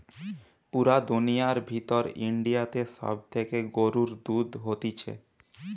পুরা দুনিয়ার ভিতর ইন্ডিয়াতে সব থেকে গরুর দুধ হতিছে